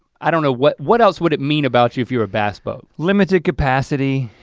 i don't know, what what else would it mean about you if you're a bass boat? limited capacity.